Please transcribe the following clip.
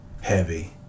heavy